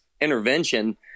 intervention